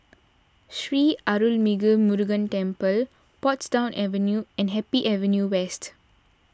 Sri Arulmigu Murugan Temple Portsdown Avenue and Happy Avenue West